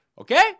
Okay